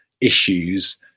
issues